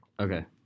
Okay